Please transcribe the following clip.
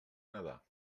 nedar